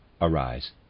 arise